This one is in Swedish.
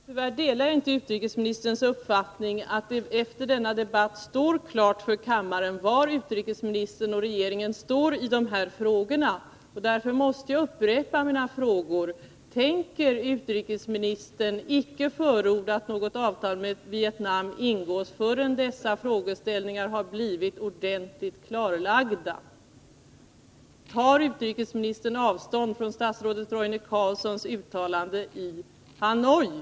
Herr talman! Tyvärr delar jag inte utrikesministerns uppfattning att det efter denna debatt står klart för kammaren var utrikesministern och regeringen står i de här frågorna. Därför måste jag upprepa mina frågor: Tänker utrikesministern avhålla sig från att förorda att något avtal med Vietnam ingås tills dessa frågeställningar har blivit ordentligt klarlagda? Tar utrikesministern avstånd från statsrådet Roine Carlssons uttalande i Hanoi?